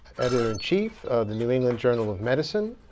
editor-in-chief of the new england journal of medicine,